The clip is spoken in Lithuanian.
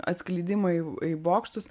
atskleidimą į į bokštus